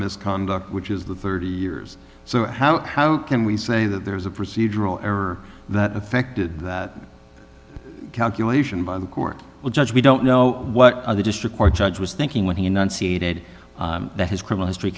misconduct which is the thirty years so how how can we say that there was a procedural error that affected that calculation by the court judge we don't know what the district court judge was thinking when he enunciated that his criminal history